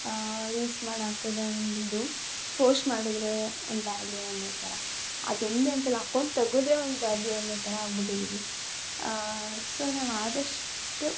reels ಮಾಡಿ ಹಾಕಿದ್ರೆ ಒಂದು ಇದು ಪೋಶ್ಟ್ ಮಾಡಿದ್ರೆ ಒಂದು ವ್ಯಾಲ್ಯೂ ಅನ್ನೋ ಥರ ಅದೊಂದೇ ಅಂತಲ್ಲ ಅಕೌಂಟ್ ತೆಗೆದ್ರೆ ಒಂದು ವ್ಯಾಲ್ಯೂ ಅನ್ನೋ ಥರ ಆಗ್ಬಿಟ್ಟಿದ್ದೀವಿ ಸೊ ನಾವು ಆದಷ್ಟು